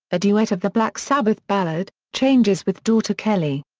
a duet of the black sabbath ballad, changes with daughter kelly.